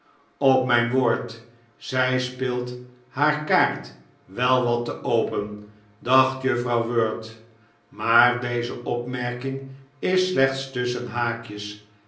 op mijn woord zij speelt haar kaart wel wat te open dacht juffrouw wirt maar deze opmerking is slechts tusschen haakjes